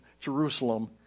Jerusalem